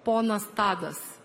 ponas tadas